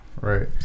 Right